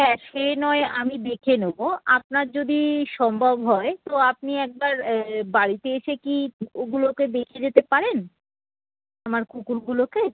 হ্যাঁ সে না হয় আমি দেখে নেবো আপনার যদি সম্ভব হয় তো আপনি একবার বাড়িতে এসে কি কুকুরগুলোকে দেখে যেতে পারেন আমার কুকুরগুলোকে